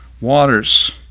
waters